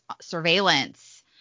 surveillance